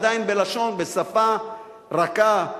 עדיין בשפה רכה,